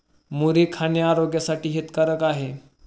मुरी खाणे आरोग्यासाठी हितकारक आहे